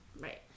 Right